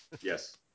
Yes